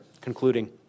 concluding